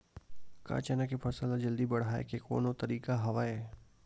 का चना के फसल ल जल्दी बढ़ाये के कोनो तरीका हवय?